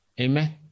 Amen